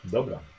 Dobra